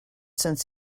since